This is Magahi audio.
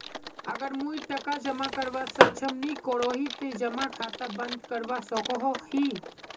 अगर मुई टका जमा करवात सक्षम नी करोही ते जमा खाता बंद करवा सकोहो ही?